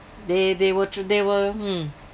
they they will they will hmm